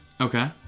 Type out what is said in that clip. okay